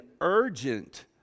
urgent